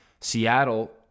Seattle